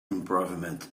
improvement